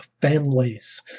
families